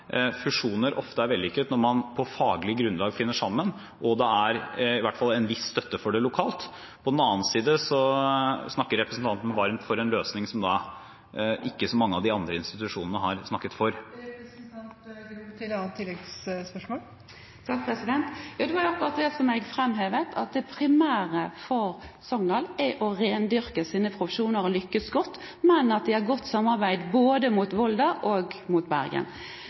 fusjoner ofte er vellykket når man finner sammen på faglig grunnlag, og det er i hvert fall en viss støtte for det lokalt. På den annen side snakker representanten varmt for en løsning som ikke så mange av de andre institusjonene har snakket for. Det var akkurat det jeg framhevet, at det primære for Sogndal er å rendyrke sine profesjoner og lykkes godt, men at de har godt samarbeid både mot Volda og mot Bergen.